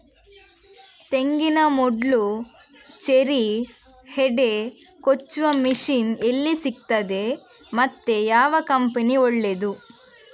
ತೆಂಗಿನ ಮೊಡ್ಲು, ಚೇರಿ, ಹೆಡೆ ಕೊಚ್ಚುವ ಮಷೀನ್ ಎಲ್ಲಿ ಸಿಕ್ತಾದೆ ಮತ್ತೆ ಯಾವ ಕಂಪನಿ ಒಳ್ಳೆದು?